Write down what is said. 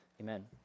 Amen